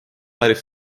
päris